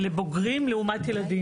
לבוגרים לעומת ילדים.